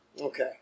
Okay